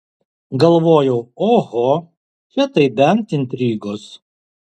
galvojau oho čia tai bent intrigos